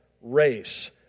race